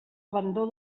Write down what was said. abandó